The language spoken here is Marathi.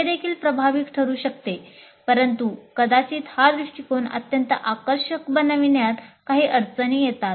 हे देखील प्रभावी ठरू शकते परंतु कदाचित हा दृष्टिकोन अत्यंत आकर्षक बनविण्यात काही अडचणी येतात